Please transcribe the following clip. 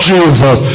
Jesus